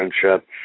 friendship